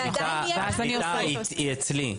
השליטה היא אצלי.